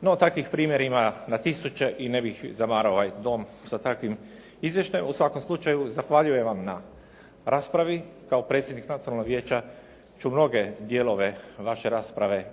No, takvih primjera ima na tisuće i ne bih zamarao ovaj dom sa takvim izvještajem. U svakom slučaju zahvaljujem vam na raspravi. Kao predsjednik nacionalnog vijeća ću mnoge dijelove vaše rasprave